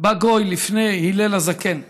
שבא גוי לפני הלל הזקן ואמר: